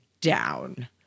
down